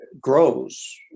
grows